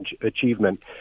achievement